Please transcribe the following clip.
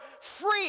free